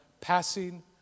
passing